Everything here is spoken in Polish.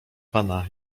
pana